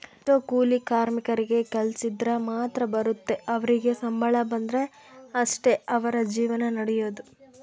ಎಷ್ಟೊ ಕೂಲಿ ಕಾರ್ಮಿಕರಿಗೆ ಕೆಲ್ಸಿದ್ರ ಮಾತ್ರ ಬರುತ್ತೆ ಅವರಿಗೆ ಸಂಬಳ ಬಂದ್ರೆ ಅಷ್ಟೇ ಅವರ ಜೀವನ ನಡಿಯೊದು